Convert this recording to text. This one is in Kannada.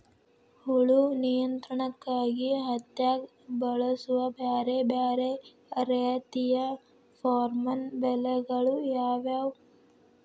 ಹುಳು ನಿಯಂತ್ರಣಕ್ಕಾಗಿ ಹತ್ತ್ಯಾಗ್ ಬಳಸುವ ಬ್ಯಾರೆ ಬ್ಯಾರೆ ರೇತಿಯ ಪೋರ್ಮನ್ ಬಲೆಗಳು ಯಾವ್ಯಾವ್?